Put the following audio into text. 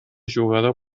jugador